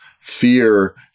fear